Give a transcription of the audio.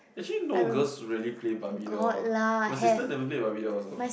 actually no girls really play barbie dolls my sister never play barbie doll oh